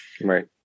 Right